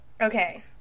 Okay